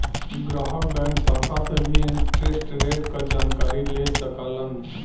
ग्राहक बैंक शाखा से भी इंटरेस्ट रेट क जानकारी ले सकलन